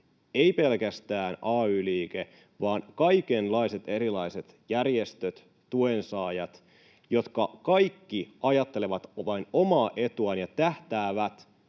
ei pelkästään ay-liike, vaan kaikenlaiset erilaiset järjestöt, tuen saajat, jotka kaikki ajattelevat vain omaa etuaan ja tähtäävät